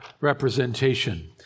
representation